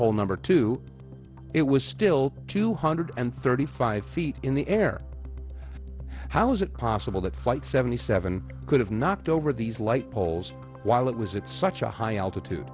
pole number two it was still two hundred and thirty five feet in the air how is it possible that flight seventy seven could have knocked over these light poles while it was at such a high altitude